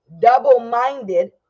double-minded